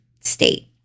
state